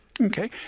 Okay